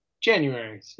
January